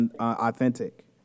authentic